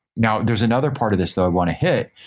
now, there's another part of this that i want to hit.